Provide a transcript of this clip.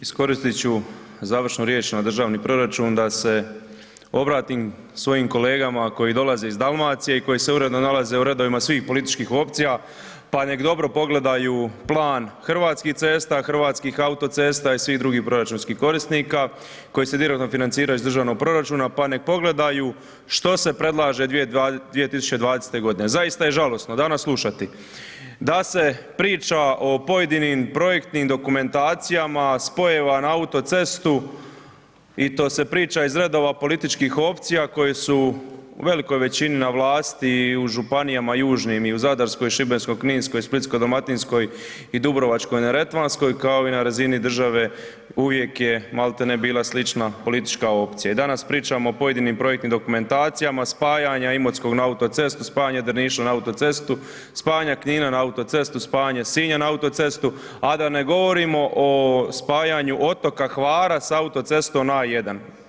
Iskoristit ću završnu riječ na državni proračun da se obratim svojim kolegama koji dolaze iz Dalmacije i koji se uredno nalaze u redovima svih političkih opcija pa neka dobro pogledaju plan Hrvatskih cesta, Hrvatskih autocesta i svih drugih proračunskih korisnika koji se direktno financiraju iz državnog proračuna pa neka pogledaju što se predlaže 2020. g. Zaista je žalosno danas slušati da se priča o pojedinim projektnim dokumentacijama spojeva na autocestu i to se priča iz redova političkih opcija koje su u velikoj većini na vlasti i u županijama južnim i u Zadarskoj, Šibensko-kninskoj, Splitsko-dalmatinskoj i Dubrovačko-neretvanskoj kao i na razini države, uvijek je maltene bila slična politička opcija i danas pričamo o pojedinim projektnim dokumentacijama, spajanja Imotskog na autocestu, spajanje Drniša na autocestu, spajanje Knina na autocestu, spajanje Sinja na autocestu, a da ne govorimo o spajanju otoka Hvara sa autocestom A1.